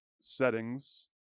settings